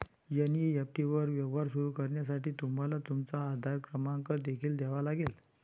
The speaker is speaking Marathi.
एन.ई.एफ.टी वर व्यवहार सुरू करण्यासाठी तुम्हाला तुमचा आधार क्रमांक देखील द्यावा लागेल